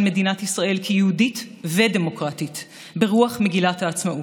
מדינת ישראל כיהודית ודמוקרטית ברוח מגילת העצמאות.